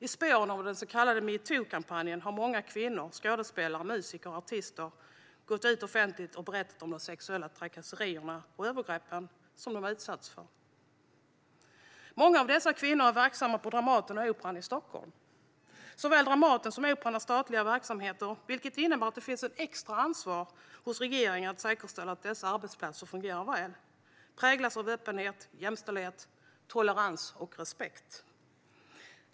I spåren av den så kallade metoo-kampanjen har många kvinnor, skådespelare, musiker och artister, gått ut offentligt och berättat om sexuella trakasserier och övergrepp som de har utsatts för. Många av dessa kvinnor är verksamma på Dramaten och Operan i Stockholm. Såväl Dramaten som Operan är statliga verksamheter, vilket innebär att det finns ett extra ansvar hos regeringen att säkerställa att dessa arbetsplatser fungerar väl samt präglas av öppenhet, jämställdhet, tolerans och respekt.